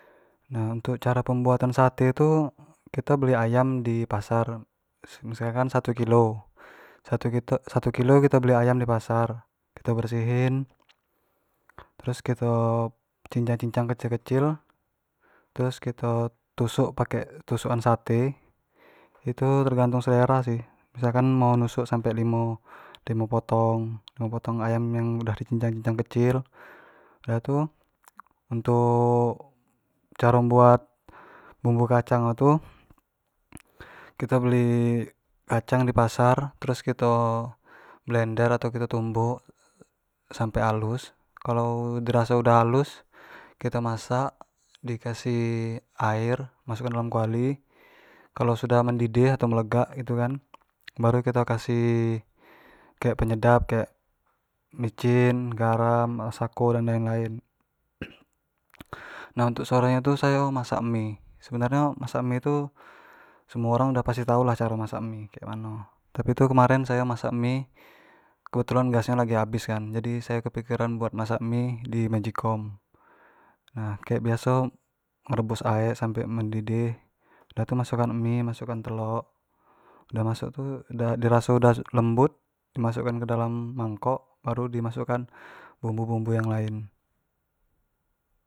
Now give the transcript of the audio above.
Nah untuk caro pembuatan sate tu, kito beli ayam di pasar, semisal nyo kan satu kilo, satu kilo kito beli ayam di pasar, kito bersihin, terus kito cincang-cincang kecil-kecil, terus kito tusuk pake tusuk an sate, itu tergantung selera sih, misalkan mau tusuk sampai limo-limo potong ayam yang udah di cincang-cincang kecil sudah tu untuk caro membuat bumbu kacang nyo tu, kito beli kacang di pasar, terus kito blender atau kito tumbuk sampe halus, kalo di raso udah halus, kito masak, di kasih air masukan ke dalam kuali, kalo sudah mendidih ayau melegak gitu kan baru kito kasij kek penyedap, kek micin, garam, masako dan lain-lain, nah untuk sore nyo tu sayo masak mie, sebenarnyo masak mie itu, semuo orang udah pasti tau lah caro masak mie tu cak mano, tapi tu kemaren sayo masak mie kebetulan gas nyo lagi habis kan, jadi sayo kepikiran buat masak mie di magic com, nah kek biaso merebus aek sampe mendidih, dah tu masuk an mie, masuk an telok, dah masuk tu, di raso udah lembut mangkok baru di masuk an bumbu-bumbu yang lain.